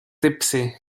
tipsy